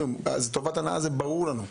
טובת הנאה זה ברור לנו.